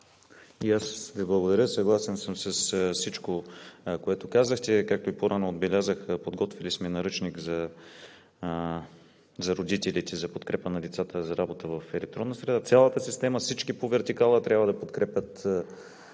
И аз Ви благодаря. Съгласен съм с всичко, което казахте. Както и по-рано отбелязах, подготвили сме наръчник за родителите за подкрепа на децата за работа в електронна среда. Цялата система, всички по вертикала, трябва да подкрепят